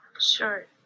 Sure